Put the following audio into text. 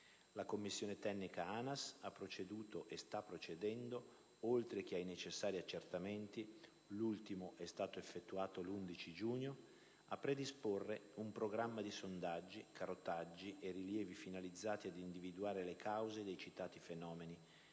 La commissione tecnica ANAS ha proceduto e sta procedendo, oltre che ai necessari accertamenti - l'ultimo è stato effettuato l'11 giugno - a predisporre un programma di sondaggi, carotaggi e rilievi finalizzati ad individuare le cause dei citati fenomeni